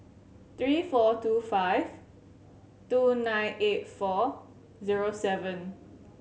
three four two five two nine eight four zero seven